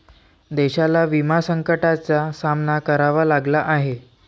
देशाला विमा संकटाचा सामना करावा लागला आहे